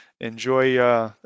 Enjoy